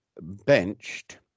benched